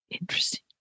Interesting